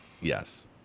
Yes